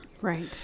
Right